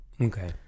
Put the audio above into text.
okay